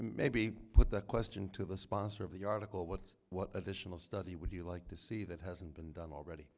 maybe put that question to the sponsor of the article what's what additional study would you like to see that hasn't been done already